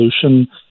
solution